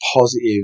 positive